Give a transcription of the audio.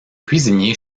cuisinier